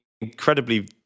incredibly